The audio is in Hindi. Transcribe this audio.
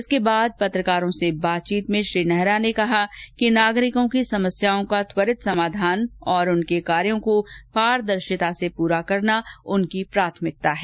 इसके बाद पत्रकारों से बातचीत में श्री नेहरा ने कहा कि नागरिकों की समस्याओं का त्वरित समाधान तथा उनके कार्यो को पारदर्शिता से पूरा करना उनकी प्राथमिकता है